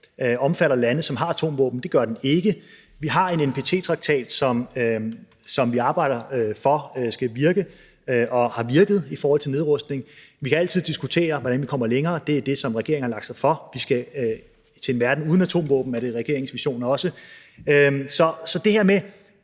omfatter lande, som har atomvåben. Det gør den ikke. Vi har en NPT-traktat, som vi arbejder for skal virke, og som har virket i forhold til nedrustning. Vi kan altid diskutere, hvordan vi kommer længere. Det er det, regeringen har sat sig for. Det er også regeringens vision, at vi skal nå